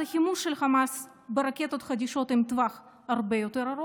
זה חימוש של חמאס ברקטות חדישות עם טווח הרבה יותר ארוך,